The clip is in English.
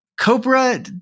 Cobra